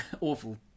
awful